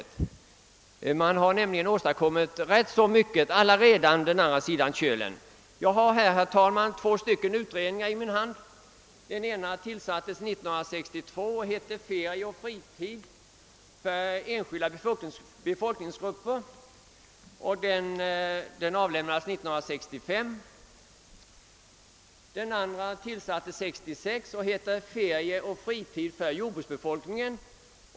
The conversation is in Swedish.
På andra sidan Kölen har man nämligen redan åstadkommit ganska mycket. Jag har, herr talman, betänkanden från två utredningar i min hand. Den ena utredningen tillsattes 1962 och behandlade frågan om ferie och fritid för enskilda befolkningsgrupper. Dess betänkande avlämnades 1965. Ämnet för andra utredningen som tillsattes 1966 var ferie och fritid för jordbruksbefolkningen.